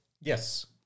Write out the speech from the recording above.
Yes